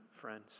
friends